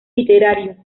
literarios